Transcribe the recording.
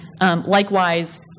Likewise